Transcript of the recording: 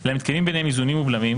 אלא מתקיימים ביניהן "איזונים ובלמים",